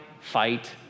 fight